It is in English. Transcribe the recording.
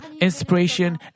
inspiration